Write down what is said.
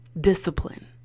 discipline